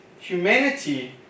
Humanity